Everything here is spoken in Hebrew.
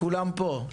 כולם פה.